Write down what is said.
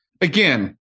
again